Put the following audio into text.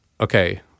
okay